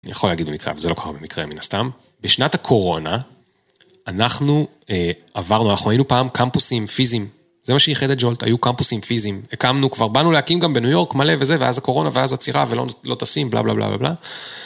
אני יכול להגיד במקרה, אבל זה לא קורה במקרה מן הסתם. בשנת הקורונה אנחנו עברנו, אנחנו היינו פעם קמפוסים פיזיים. זה מה שייחד את ג'ולט, היו קמפוסים פיזיים. הקמנו כבר, באנו להקים גם בניו יורק מלא וזה, ואז הקורונה ואז עצירה ולא טסים, בלה בלה בלה בלה.